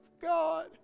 God